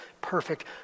perfect